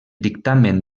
dictamen